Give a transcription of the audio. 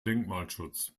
denkmalschutz